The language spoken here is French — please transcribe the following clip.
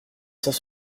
cent